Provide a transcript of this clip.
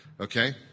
okay